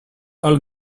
all